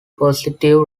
positive